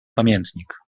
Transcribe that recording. pamiętnik